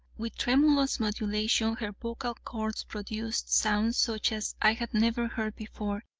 with tremulous modulation, her vocal chords produced sounds such as i had never heard before,